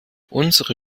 unsere